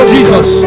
Jesus